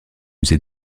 musée